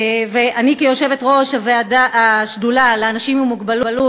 כיושבת-ראש השדולה לאנשים עם מוגבלות